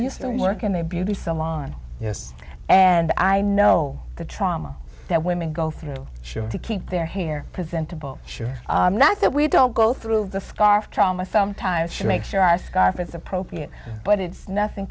used to work in a beauty salon and i know the trauma that women go through sure to keep their hair preventable sure that we don't go through the scarf trauma from time should make sure our scarf is appropriate but it's nothing